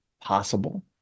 possible